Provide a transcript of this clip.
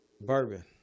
bourbon